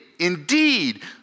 Indeed